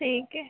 ठीक है